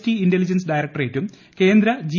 T intelligence ഡയറക്ടറേറ്റും കേന്ദ്ര G